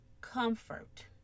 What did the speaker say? comfort